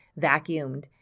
vacuumed